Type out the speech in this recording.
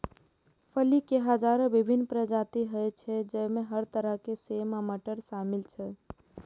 फली के हजारो विभिन्न प्रजाति होइ छै, जइमे हर तरह के सेम आ मटर शामिल छै